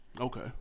Okay